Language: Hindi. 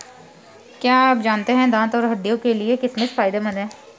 क्या आप जानते है दांत और हड्डियों के लिए किशमिश फायदेमंद है?